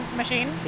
machine